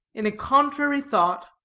in a contrary thought.